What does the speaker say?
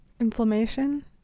inflammation